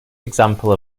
example